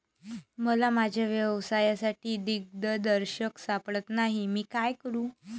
मला माझ्या व्यवसायासाठी दिग्दर्शक सापडत नाही मी काय करू?